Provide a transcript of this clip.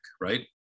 right